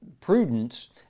prudence